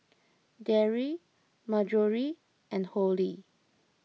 Darry Marjory and Holly